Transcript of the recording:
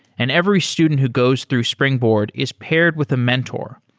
and every student who goes through springboard is paired with a mentor,